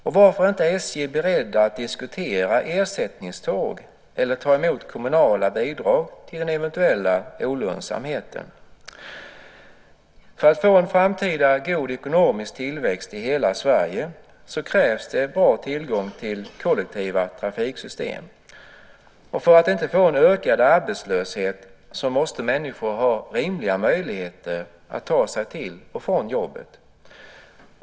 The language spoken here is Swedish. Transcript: Och varför är SJ inte beredd att diskutera ersättningståg eller att ta emot kommunala bidrag till den eventuella olönsamheten? För att få en framtida god ekonomisk tillväxt i hela Sverige krävs det bra tillgång till kollektiva trafiksystem. För att vi inte ska få en ökad arbetslöshet måste människor ha rimliga möjligheter att ta sig till och från jobbet.